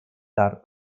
tard